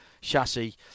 chassis